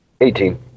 Eighteen